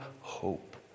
hope